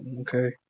okay